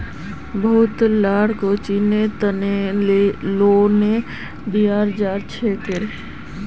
बहुत ला कोचिंगेर तने लोन दियाल जाछेक